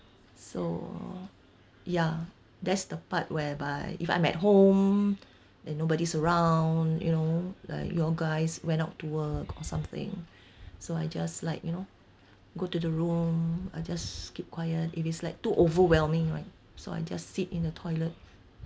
so ya that's the part whereby if I'm at home and nobody's around you know like your guys went out to work or something so I just like you know go to the room I just keep quiet if it's like too overwhelming right so I just sit in the toilet